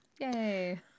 Yay